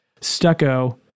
Stucco